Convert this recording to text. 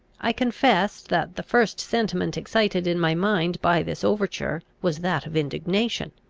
i confess, that the first sentiment excited in my mind by this overture was that of indignation.